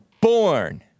born